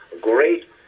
great